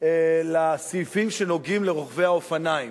לסעיפים שנוגעים לרוכבי האופניים.